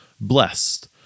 blessed